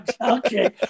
Okay